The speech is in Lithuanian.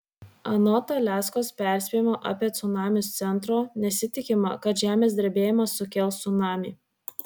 anot aliaskos perspėjimo apie cunamius centro nesitikima kad žemės drebėjimas sukels cunamį